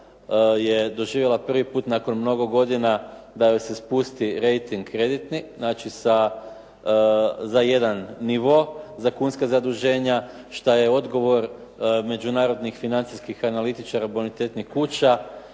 je doživjela prvi put nakon mnogo godina da joj se spusti rejting kreditni. Znači za jedan nivo za kunska zaduženja, što je odgovor međunarodnih financijskih analitičara bonitetnih kuća